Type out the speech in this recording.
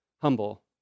humble